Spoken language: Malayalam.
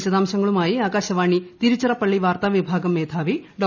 വിശദാംശങ്ങളുമായി ആകാശവാണി തിരുച്ചിറപ്പള്ളി വാർത്താവിഭാഗം മേധാവി ഡോ